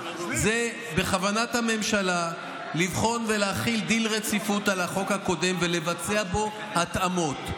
בכוונת הממשלה לבחון ולהחיל דין רציפות על החוק הקודם ולבצע בו התאמות.